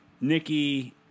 Nikki